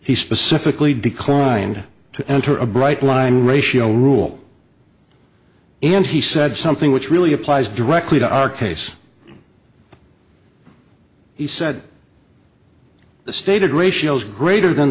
he specifically declined to enter a bright line ratio rule and he said something which really applies directly to our case he said the stated ratios greater than